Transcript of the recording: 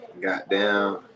goddamn